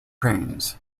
cranes